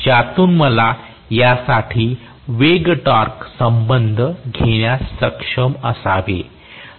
ज्यातून मला यासाठी वेग टॉर्क संबंध घेण्यास सक्षम असावे